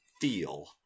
feel